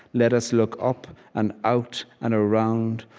let us look up and out and around.